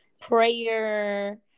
prayer